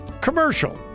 commercial